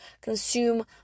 consume